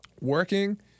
working